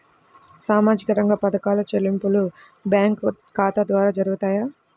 సామాజిక రంగ పథకాల చెల్లింపులు బ్యాంకు ఖాతా ద్వార జరుగుతాయా?